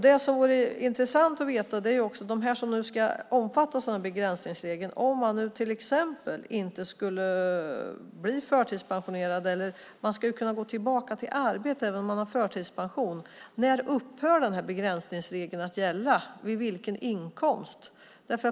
Det vore också intressant att veta när det gäller dem som nu ska omfattas av begränsningsregeln och att man ska kunna gå tillbaka till arbete även om man har förtidspension: När upphör begränsningsregeln att gälla, vid vilken inkomst?